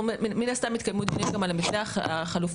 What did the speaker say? אנחנו מן הסתם --- גם על המתווה החלופי,